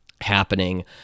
happening